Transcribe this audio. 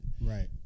Right